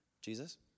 Jesus